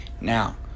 Now